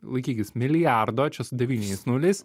laikykis milijardo čia su devyniais nuliais